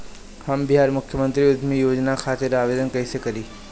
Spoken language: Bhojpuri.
हम बिहार मुख्यमंत्री उद्यमी योजना खातिर आवेदन कईसे करी?